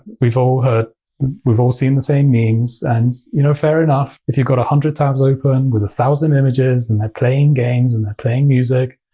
we've all heard we've all seen the same memes. and, you know, fair enough. if you've got hundred tabs open with a thousand images, and they're playing games, and they're playing music,